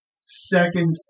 second